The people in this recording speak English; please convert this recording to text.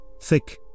thick